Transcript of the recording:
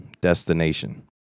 destination